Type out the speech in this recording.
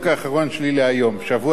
בשבוע הבא אני אבוא אליכם עוד הפעם.